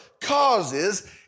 causes